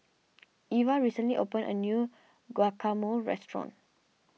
Iva recently opened a new Guacamole restaurant